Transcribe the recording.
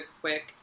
quick